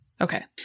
Okay